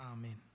Amen